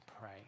pray